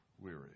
weary